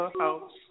house